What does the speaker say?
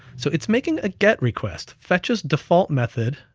so it's making a get request. fetches default method